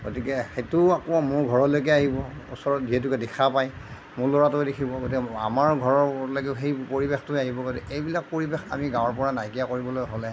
গতিকে সেইটোও আকৌ মোৰ ঘৰৰলৈকে আহিব ওচৰত যিহেতুকে দেখা পাই মোৰ ল'ৰাটোৱেও দেখিব গতিকে মোৰ আমাৰো ঘৰলৈকে সেই পৰিৱেশটোৱে আহিব গতিকে এইবিলাক পৰিৱেশ আমি গাঁৱৰ পৰা নাইকিয়া কৰিবলৈ হ'লে